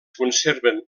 conserven